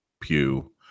Pew